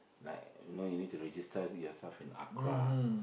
like you know you need to register yourself in ACRA